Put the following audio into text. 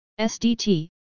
SDT